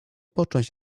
począć